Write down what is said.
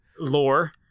Lore